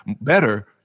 better